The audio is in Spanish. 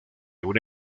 una